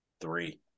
three